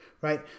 right